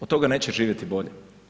Od toga neće živjeti bolje.